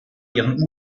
ihren